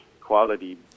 quality